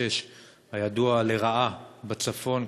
וזה כביש 66 הידוע לרעה בצפון,